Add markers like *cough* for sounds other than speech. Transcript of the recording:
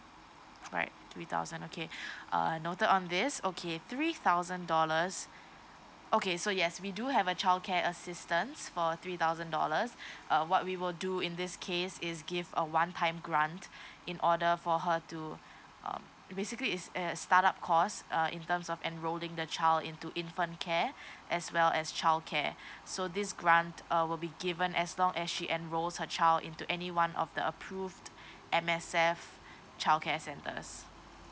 alright three thousand okay *breath* uh noted on this okay three thousand dollars okay so yes we do have a child care assistance for three thousand dollars uh what we will do in this case is give a one time grant in order for her to uh basically is uh start up cost uh in terms of enrolling the child into infant care as well as childcare so these grant uh will be given as long as she enrolls her child into any one of the approved M_S_F child care centers